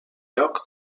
lloc